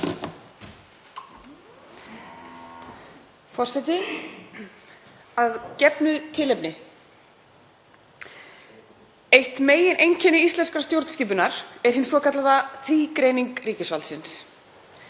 Forseti. Að gefnu tilefni: Eitt megineinkenni íslenskrar stjórnskipunar er hin svokallaða þrígreining ríkisvaldsins